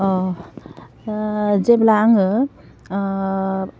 ओह ओह जेब्ला आङो ओह